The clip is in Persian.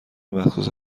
مخصوص